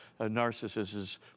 narcissist's